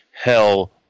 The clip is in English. hell